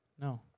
No